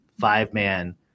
five-man